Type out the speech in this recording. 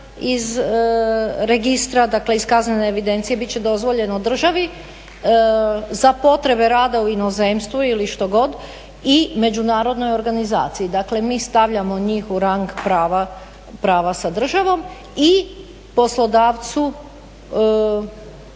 iz registra, dakle iz kaznene evidencije bit će dozvoljeno državi, za potrebe rada u inozemstvu ili što god i međunarodnoj organizaciji. Dakle mi stavljamo njih u rang prava sa državom i poslodavcu